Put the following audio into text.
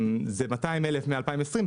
זה 200 מ-2020.